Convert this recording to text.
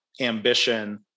ambition